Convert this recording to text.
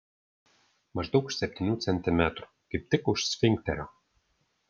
maždaug už septynių centimetrų kaip tik už sfinkterio